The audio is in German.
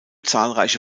zahlreiche